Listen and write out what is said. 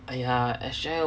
!aiya! S_J_I